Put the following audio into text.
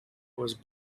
was